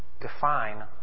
define